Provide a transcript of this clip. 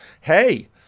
hey